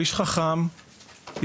איש חכם.